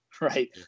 right